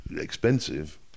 expensive